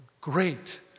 great